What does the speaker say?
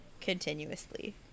continuously